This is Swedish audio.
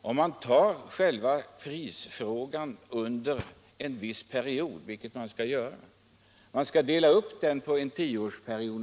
Om man ser på prisutvecklingen under en viss period, vilket man skall göra — t.ex. en tioårsperiod —